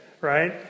right